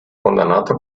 condannato